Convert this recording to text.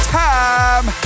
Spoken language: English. time